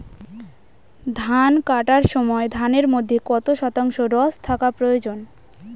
ধান কাটার সময় ধানের মধ্যে কত শতাংশ রস থাকা প্রয়োজন?